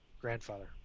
grandfather